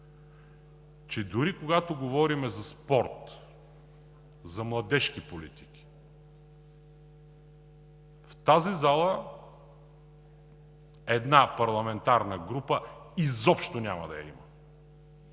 че дори когато говорим за спорт, за младежки политики, в тази зала една парламентарна група изобщо няма да я има.